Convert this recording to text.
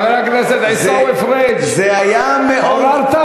חבר הכנסת עיסאווי פריג', התעוררת?